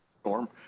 storm